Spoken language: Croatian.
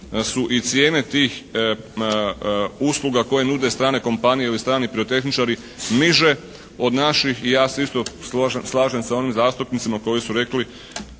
su i cijene tih usluga koje nude strane kompanije ili strani pirotehničari niže od naših i ja se isto slažem sa onim zastupnicima koji su rekli